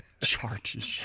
Charges